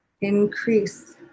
increase